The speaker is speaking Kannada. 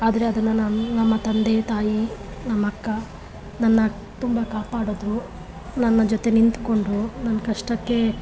ಆದರೆ ಅದನ್ನು ನಾನು ನಮ್ಮ ತಂದೆ ತಾಯಿ ನಮ್ಮ ಅಕ್ಕ ನನ್ನ ತುಂಬ ಕಾಪಾಡಿದ್ರು ನನ್ನ ಜೊತೆ ನಿಂತ್ಕೊಂಡರು ನನ್ನ ಕಷ್ಟಕ್ಕೆ